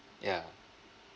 ya